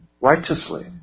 righteously